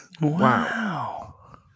Wow